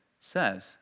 says